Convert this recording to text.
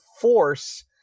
force